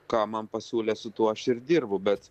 ką man pasiūlė su tuo aš ir dirbu bet